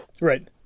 right